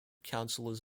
councillors